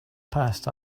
past